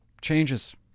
Changes